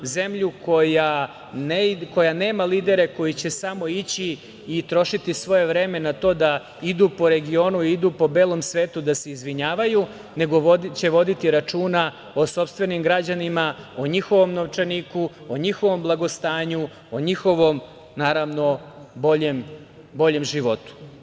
Zemlja koja nema lidere koji će samo ići i trošiti svoje vreme na to da idu po regionu, idu po belom svetu da se izvinjavaju, nego će voditi računa o sopstvenim građanima, o njihovom novčaniku, o njihovom blagostanju, o njihovom boljem životu.